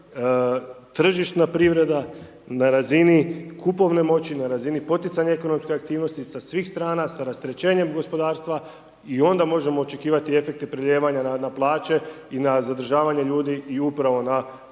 tržišna privreda na razini kupovne moći, na razini poticajne ekonomske aktivnosti sa svih strana, sa rasterećenjem gospodarstva i onda možemo očekivati efekte preljevanja na plaće i na zadržavanje ljudi i upravo na dolazak